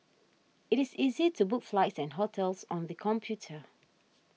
it is easy to book flights and hotels on the computer